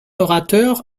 orateur